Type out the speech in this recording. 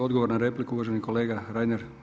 Odgovor na repliku uvaženi kolega Reiner.